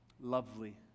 lovely